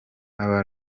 aba